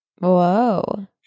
Whoa